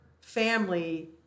family